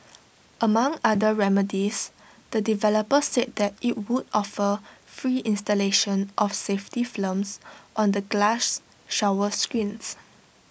among other remedies the developer said that IT would offer free installation of safety films on the glass shower screens